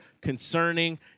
concerning